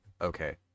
okay